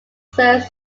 serve